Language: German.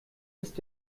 ist